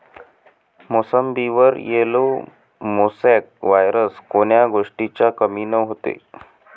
मोसंबीवर yellow mosaic virus कोन्या गोष्टीच्या कमीनं होते?